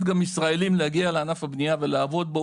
ישראלים להגיע לענף הבנייה ולעבוד בו.